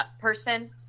person